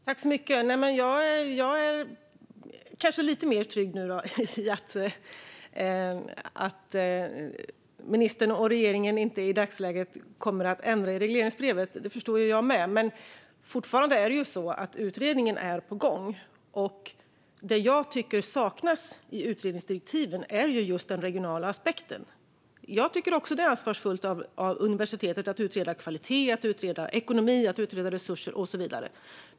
Fru talman! Då är jag kanske lite mer trygg i att ministern och regeringen inte i dagsläget kommer att ändra i regleringsbrevet. Det förstår jag också. Men fortfarande är det ju så att utredningen är på gång, och det jag tycker saknas i utredningsdirektiven är den regionala aspekten. Jag tycker också att det är ansvarsfullt av universitetet att utreda kvalitet, ekonomi, resurser och så vidare.